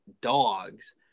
dogs